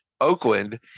Oakland